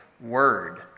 word